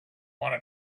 wanna